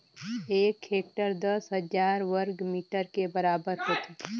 एक हेक्टेयर दस हजार वर्ग मीटर के बराबर होथे